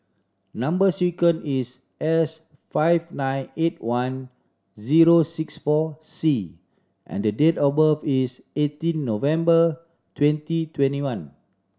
number sequence is S five nine eight one zero six four C and date of birth is eighteen November twenty twenty one